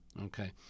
okay